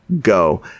Go